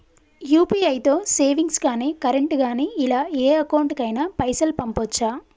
UPI తో savings గాని current గాని ఇలా ఏ అకౌంట్ కైనా పైసల్ పంపొచ్చా?